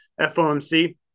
FOMC